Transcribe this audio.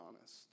honest